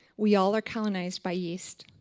we all are colonized by yeast.